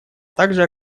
также